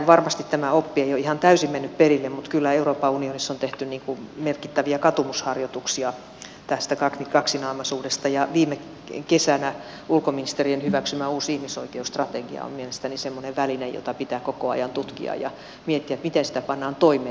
varmasti tämä oppi ei ole ihan täysin mennyt perille mutta kyllä euroopan unionissa on tehty merkittäviä katumusharjoituksia tästä kaksinaamaisuudesta ja viime kesänä ulkoministerien hyväksymä uusi ihmisoikeusstrategia on mielestäni semmoinen väline jota pitää koko ajan tutkia ja miettiä miten sitä pannaan toimeen